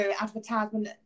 advertisement